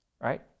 right